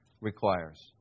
requires